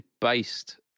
based